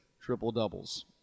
triple-doubles